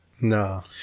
No